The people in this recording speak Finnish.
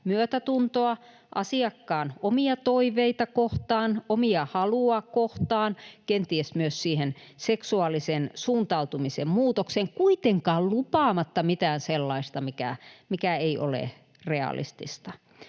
myötätuntoa asiakkaan omia toiveita kohtaan, omaa halua kohtaan, kenties myös siihen seksuaalisen suuntautumisen muutokseen — kuitenkaan lupaamatta mitään sellaista, mikä ei ole realistista.